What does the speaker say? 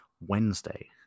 Wednesday